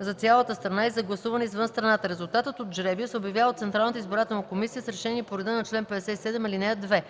за цялата страна и за гласуването извън страната. Резултатът от жребия се обявява от Централната избирателна комисия с решение по реда на чл. 57, ал. 2.